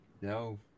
no